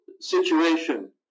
situation